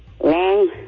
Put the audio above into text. Long